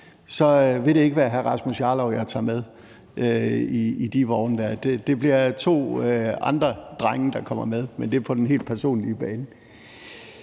vil det ikke være hr. Rasmus Jarlov, jeg tager med i de vogne der; det bliver to andre drenge, der kommer med – men det er på den helt personlige bane.